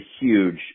huge